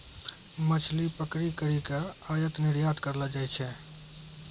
मछली पकड़ी करी के आयात निरयात करलो जाय छै